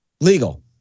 legal